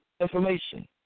information